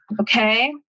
Okay